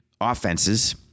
offenses